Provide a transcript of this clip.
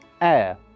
Air